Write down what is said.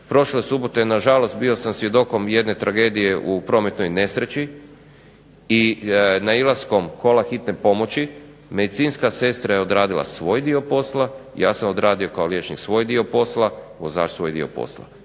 Prošle subote nažalost bio sam svjedokom jedne tragedije u prometnoj nesreći i nailaskom kola Hitne pomoći medicinska sestra je odradila svoj dio posla, ja sam odradio kao liječnik svoj dio posla, vozač svoj dio posla.